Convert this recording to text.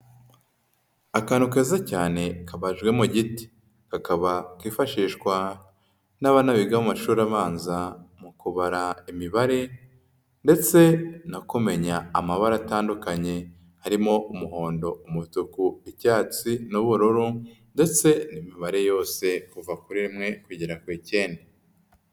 Akantu keza cyane kabajwe mu giti kakaba kifashishwa n'abana biga mu amashuri abanza mu kubara imibare ndetse na kumenya amabara atandukanye harimo umuhondo, umutuku, cyatsi n'ubururu ndetse n'imibare yose uva kuri rimwe kugera ku ikenda.